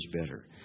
better